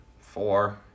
Four